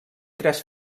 tres